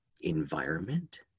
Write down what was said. environment